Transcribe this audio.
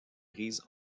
prise